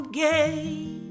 game